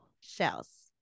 Shells